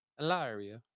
Alaria